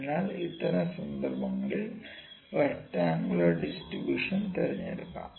അതിനാൽ അത്തരം സന്ദർഭങ്ങളിൽ റെക്ടറാങ്കുലർ ഡിസ്ട്രിബൂഷൻ തിരഞ്ഞെടുക്കും